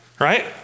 right